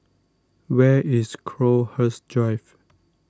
where is Crowhurst Drive